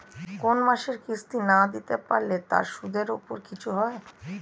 কোন মাসের কিস্তি না দিতে পারলে তার সুদের উপর কিছু হয়?